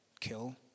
kill